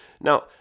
Now